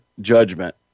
judgment